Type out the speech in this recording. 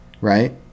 right